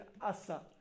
Asa